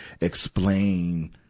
explain